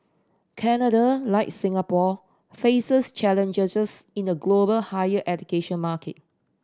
Canada like Singapore faces challenges in a global higher education market